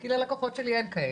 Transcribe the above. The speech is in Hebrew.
כי ללקוחות שלי אין כאלה.